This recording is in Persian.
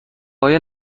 های